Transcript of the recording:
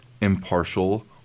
impartial